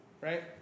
Right